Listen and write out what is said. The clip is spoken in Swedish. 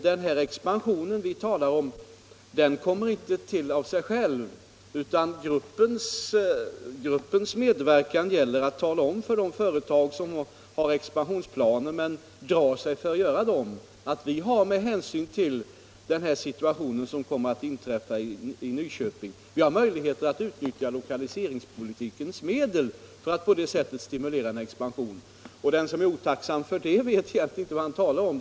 Den expansion som vi här talar om kommer inte till av sig själv. Gruppens medverkan innebär att man talar om för de företag som har expansionsplaner, men drar sig för att fullfölja dem, att med hänsyn till den situation som kommer att inträffa i Nyköping finns möjligheter att utnyttja lokaliseringspolitikens medel för att på det sättet stimulera en expansion. Den som är otacksam för det vet egentligen inte vad han talar om.